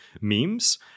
memes